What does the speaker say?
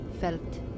felt